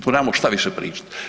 Tu nemamo šta više pričat.